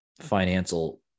financial